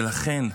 ולכן,